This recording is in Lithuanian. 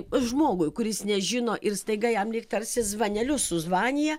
žmogui kuris nežino ir staiga jam lyg tarsi zvaneliu suzvanija